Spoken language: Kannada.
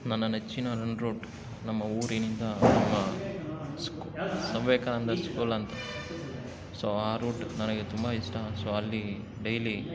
ನನ್ನ ನೆಚ್ಚಿನ ರನ್ ರೂಟ್ ನಮ್ಮ ಊರಿನಿಂದ ನಮ್ಮ ಸ್ಕು ಸ್ವಾಮಿ ವಿವೇಕಾನಂದ ಸ್ಕೂಲ್ ಅಂತ ಸೊ ಆ ರೂಟ್ ನನಗೆ ತುಂಬ ಇಷ್ಟ ಸೊ ಅಲ್ಲಿ ಡೈಲಿ